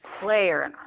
player